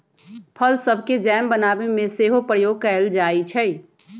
फल सभके जैम बनाबे में सेहो प्रयोग कएल जाइ छइ